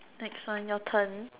next one your turn